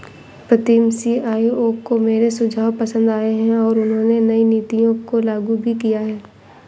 प्रीतम CEO को मेरे सुझाव पसंद आए हैं और उन्होंने नई नीतियों को लागू भी किया हैं